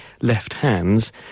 left-hands